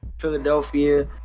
Philadelphia